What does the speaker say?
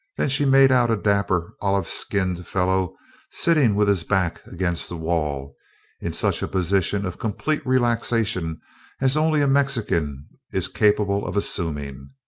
then she made out a dapper olive-skinned fellow sitting with his back against the wall in such a position of complete relaxation as only a mexican is capable of assuming.